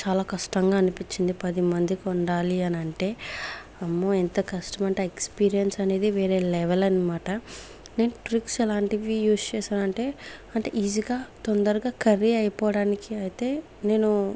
చాలా కష్టంగా అనిపించింది పదిమందికి వండాలి అని అంటే అమ్మో ఎంత కష్టమంటే ఎక్స్పీరియన్స్ అనేది వేరే లెవల్ అనమాట నేను ట్రిక్స్ అలాంటివి యూస్ చేశానంటే అంటే ఈజీ గా తొందరగా కర్రీ అయిపోవడానికి అయితే నేను